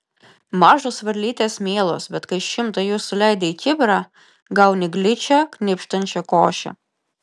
mažos varlytės mielos bet kai šimtą jų suleidi į kibirą gauni gličią knibždančią košę